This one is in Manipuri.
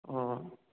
ꯑꯣ